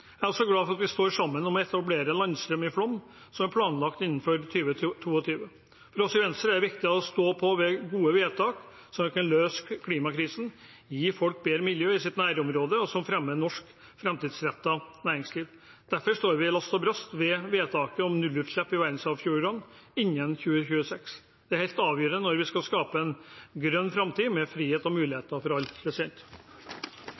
Jeg er også glad for at vi står sammen om å etablere landstrøm i Flåm, som er planlagt innen 2022. For oss i Venstre er det viktig å stå ved gode vedtak, sånn at vi kan løse klimakrisen, gi folk bedre miljø i sitt nærområde og fremme norsk framtidsrettet næringsliv. Derfor står vi last og brast ved vedtaket om nullutslipp i verdensarvfjordene innen 2026. Det er helt avgjørende når vi skal skape en grønn framtid med frihet og